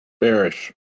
Bearish